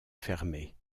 fermer